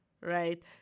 right